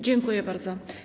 Dziękuję bardzo.